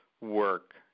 work